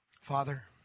Father